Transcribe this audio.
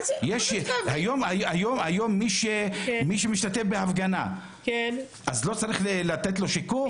היום מי שמשתתף בהפגנה, אז לא צריך לתת לו שיקום?